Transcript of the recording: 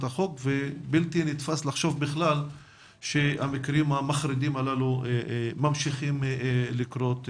החוק ובלתי נתפס לחשוב שהמקרים המחרידים הללו ממשיכים לקרות בשטח.